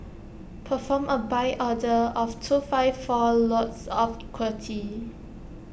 perform A buy order of two five four lots of equity